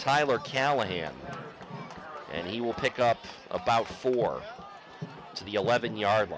tyler callahan and he will pick up about four to the eleven yard